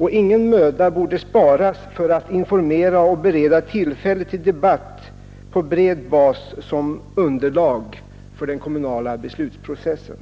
att ingen möda borde sparas för att informera härom och bereda tillfälle till debatt på bred bas som underlag för den kommunala beslutsprocessen.